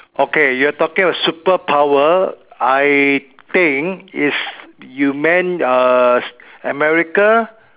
okay you're talking about superpower I think is you meant uh America